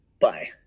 Bye